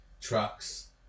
trucks